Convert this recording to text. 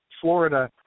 Florida